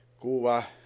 Cuba